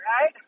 right